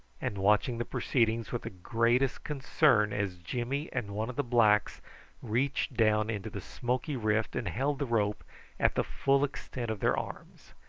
and watched the proceedings with the greatest concern as jimmy and one of the blacks reached down into the smoky rift and held the rope at the full extent of their arms.